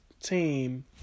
team